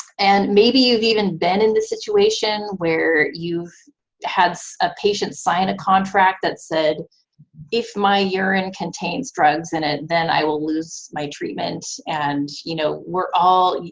and maybe you've even been in the situation where you've had a patient sign a contract that said if my urine contains drugs in it then i will lose my treatment. and you know, we're all,